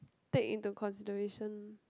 take into consideration